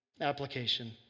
Application